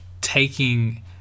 taking